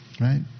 right